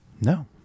No